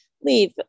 leave